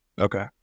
Okay